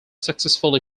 successfully